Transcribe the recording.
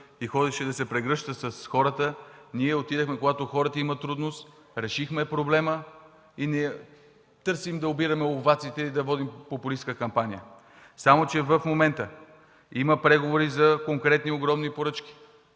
и ходеше да се прегръща с хората, ние отидохме, когато хората имат трудност, решихме проблема и не търсим да обираме овации и да водим популистка кампания. Само че в момента има преговори за конкретни огромни поръчки.